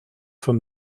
von